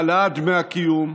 מהעלאת דמי הקיום,